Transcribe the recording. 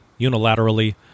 unilaterally